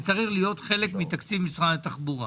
זה צריך להיות חלק מתקציב משרד התחבורה.